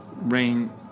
rain